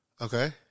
okay